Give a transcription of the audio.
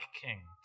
King